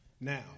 Now